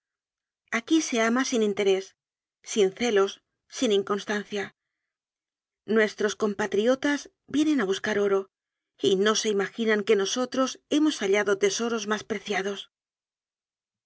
aquí se ama sin interés sin celos sin in constancia nuestros compatriotas vienen a buscar oro y no se imaginan que nosotros hemos hallado tesoros más preciados